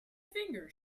finger